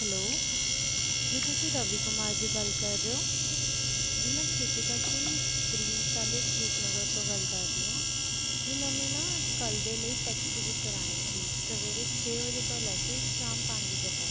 hello ਜੀ ਤੁਸੀਂ ਰਵੀ ਕੁਮਾਰ ਜੀ ਗੱਲ ਕਰ ਰਹੇ ਹੋ ਜੀ ਮੈਂ ਕ੍ਰੀਤੀਕਾ ਸਿੰਘ ਗਰੀਨ ਪੈਲੇਸ ਰੂਪਨਗਰ ਤੋਂ ਗੱਲ ਕਰ ਰਹੀ ਹਾਂ ਜੀ ਮੈਨੂੰ ਨਾ ਕੱਲ੍ਹ ਦੇ ਲਈ ਟੈਕਸੀ ਬੁੱਕ ਕਰਾਉਣੀ ਸੀ ਸਵੇਰੇ ਛੇ ਵਜੇ ਤੋਂ ਲੈ ਕੇ ਸ਼ਾਮ ਪੰਜ ਵਜੇ ਤੱਕ